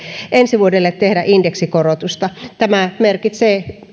ensi vuodelle tehdä indeksikorotusta tämä merkitsee